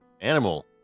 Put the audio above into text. animal